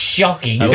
shocking